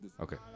Okay